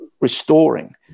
restoring